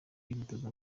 kwifotoza